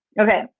okay